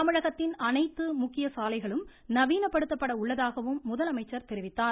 தமிழகத்தின் அனைத்து முக்கிய சாலைகளும் நவீனப்படுத்தப்பட உள்ளதாகவும் முதலமைச்சர் தெரிவித்தார்